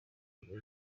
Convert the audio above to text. amafoto